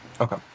Okay